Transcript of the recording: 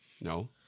No